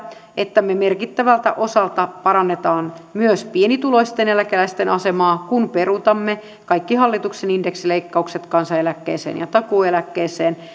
että me merkittävältä osalta parannamme myös pienituloisten eläkeläisten asemaa kun peruutamme kaikki hallituksen indeksileikkaukset kansaneläkkeeseen ja takuueläkkeeseen